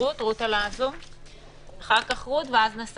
אחר כך נשמע את רות דיין מדר ואז נסכם.